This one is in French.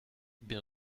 bien